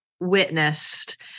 witnessed